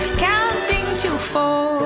counting to four.